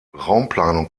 raumplanung